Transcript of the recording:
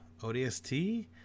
ODST